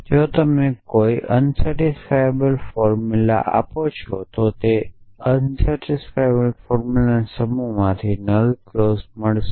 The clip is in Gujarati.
જો તમે કોઈ અસંતોષકારક ફોર્મુલા સાથે આપો છો તો તે અસંતોષકારક ફોર્મુલાના સમૂહમાંથી નલ ક્લોઝ મેળવશે